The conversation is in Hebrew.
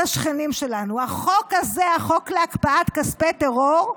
החוק הזה, החוק להקפאת כספי טרור,